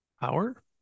power